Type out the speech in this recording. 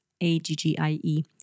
A-G-G-I-E